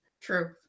True